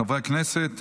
חברי הכנסת,